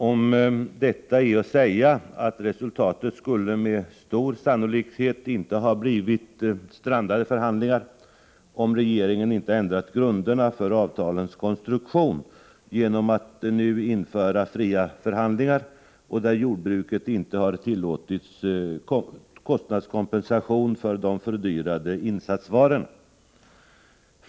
Om detta är att säga att resultatet med stor sannolikhet inte skulle ha blivit strandade förhandlingar, om regeringen inte ändrat grunderna för avtalens konstruktion genom att nu införa fria förhandlingar, där jordbruket förvägras kostnadskompensation för de fördyrade insatsvarorna.